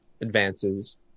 advances